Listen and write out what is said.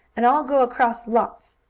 and i'll go across lots,